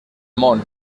món